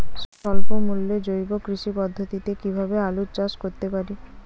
স্বল্প মূল্যে জৈব কৃষি পদ্ধতিতে কীভাবে আলুর চাষ করতে পারি?